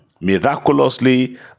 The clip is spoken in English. Miraculously